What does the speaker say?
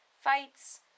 fights